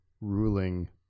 ruling